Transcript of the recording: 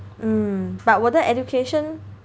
mm but 我的 education